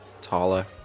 Tala